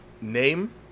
name